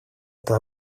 это